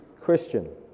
Christian